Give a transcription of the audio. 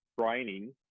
training